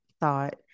thought